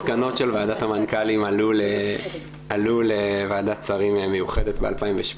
המסקנות של ועדת המנכ"לים עלו לוועדת שרים מיוחדת ב-2017,